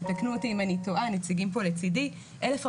והנציגים שלצידי יתקנו אותי אם אני טועה,